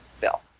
Bill